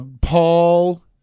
Paul